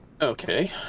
Okay